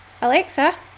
Alexa